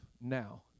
now